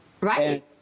Right